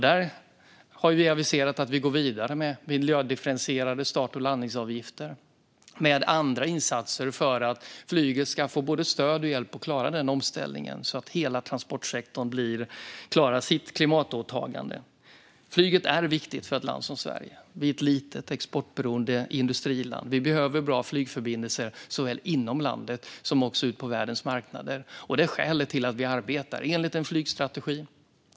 Där har vi aviserat att vi går vidare med miljödifferentierade start och landningsavgifter och med andra insatser för att flyget ska få både stöd och hjälp att klara denna omställning så att hela transportsektorn klarar sitt klimatåtagande. Flyget är viktigt för ett land som Sverige. Sverige är ett litet exportberoende industriland. Vi behöver bra flygförbindelser såväl inom landet som ut på världens marknader. Det är skälet till att vi arbetar enligt en flygstrategi.